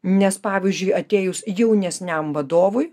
nes pavyzdžiui atėjus jaunesniajam vadovui